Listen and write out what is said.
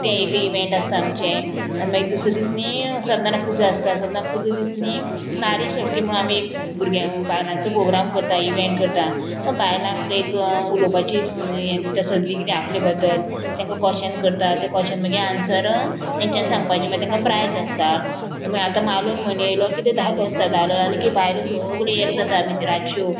तें एक इवेंट आसता आमचें आनी मागीर दुसरें दीस न्ही सद्दाना पुजा आसता सद्दां पुजा दिस न्ही नारीक शक्ती म्हण आमी एक भुरग्यां बायलांचो प्रोग्राम करता इवेंट करता बायलांक एक उलोवपाची हें दिता संदी किदें आपले बद्दल तांकां क्वेशन करता तें क्वेशन मागीर आन्सर तेंच्यांनी सांगपाचें मागीर तेंकां प्रायज आसता मागीर आतां मारून म्हणयलो की त्यो धालो आसता धालो जाले की बायलो सगल्यो एक जाता आमी ती रातच्यो